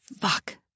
Fuck